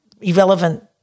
irrelevant